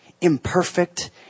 imperfect